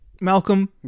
Malcolm